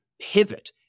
pivot